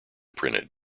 printed